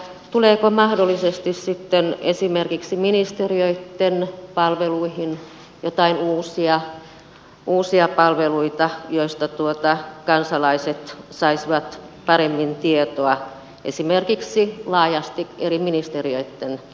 tuleeko mahdollisesti sitten esimerkiksi ministeriöille joitain uusia palveluita joista kansalaiset saisivat paremmin tietoa esimerkiksi laajasti eri ministeriöitten toiminnasta